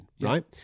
right